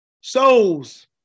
souls